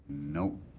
no.